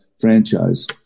franchise